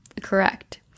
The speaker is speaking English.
Correct